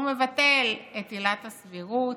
הוא מבטל את עילת הסבירות,